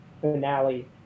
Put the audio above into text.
finale